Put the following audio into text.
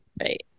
Right